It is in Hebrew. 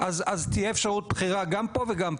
תהיה אפשרות בחירה גם פה וגם פה.